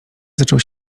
zaczął